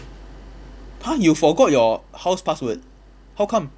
!huh! you forgot your house password how come